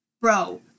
Bro